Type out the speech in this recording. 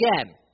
again